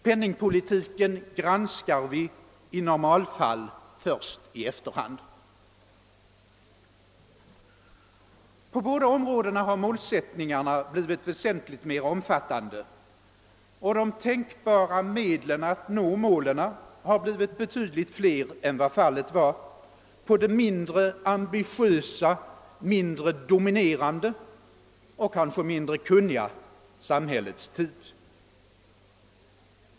Penningpolitiken granskar vi i normalfall först i efterhand. På båda områdena har målsättningarna blivit väsentligt mera omfattande, och tänkbara medel att nå målen har blivit betydligt flera än vad fallet var på det mindre ambitiösa och mindre dominerande — och kanske mindre kunniga — samhällets tid.